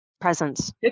presence